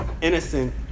innocent